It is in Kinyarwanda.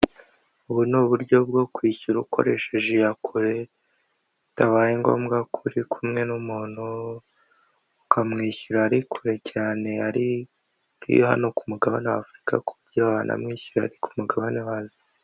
Ubu ni uburyo bwo kwishyura ukoresheje iya kure bitabaye ngombwa kuri uri kumwe n'umuntu ukamwishyura ari kure cyane yari iri hano ku mugabane w'Afurika ku buryo wanamwishyu ari ku mugabane w'Aziya .